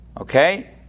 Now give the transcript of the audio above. okay